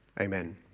Amen